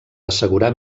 assegurar